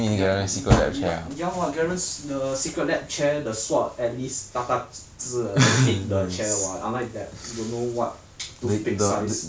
ya ya ya what garen's the Secretlab chair the swat at least 大大只的 then fit the chair what unlike that don't know what toothpick size